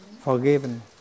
forgiven